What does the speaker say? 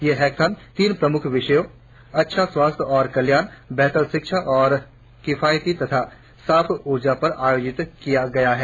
ये हैकेथॉम तीन प्रमुख विषयों अच्छा स्वस्थ्य और कल्याण बेहतर शिक्षा और किफायती तथा साफ ऊर्जा पर आयोजित किया गया है